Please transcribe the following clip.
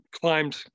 climbed